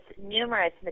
numerous